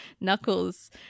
Knuckles